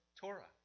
Torah